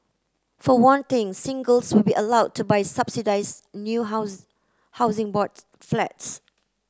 for one thing singles will be allowed to buy subsidised new house Housing Board Flats